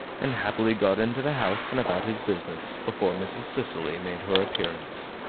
and happily got into the house and about his business before mrs. cicely made her appearance.